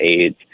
AIDS